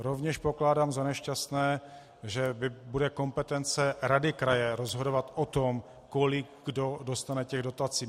Rovněž pokládám za nešťastné, že bude kompetence rady kraje rozhodovat o tom, kolik kdo dostane těch dotací.